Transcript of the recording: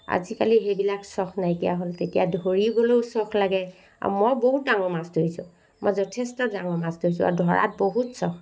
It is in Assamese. আজিকালি সেইবিলাক চখ নাইকিয়া হ'ল তেতিয়া ধৰিবলৈও চখ লাগে আৰু মই বহুত ডাঙৰ মাছ ধৰিছোঁ মই যথেষ্ট ডাঙৰ মাছ ধৰিছোঁ আৰু ধৰাত বহুত চখ